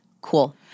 cool